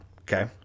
okay